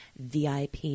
VIP